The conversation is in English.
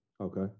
okay